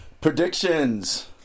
Predictions